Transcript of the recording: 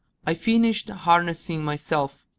i finished harnessing myself,